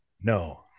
No